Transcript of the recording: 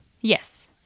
Yes